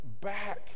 back